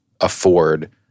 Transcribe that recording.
afford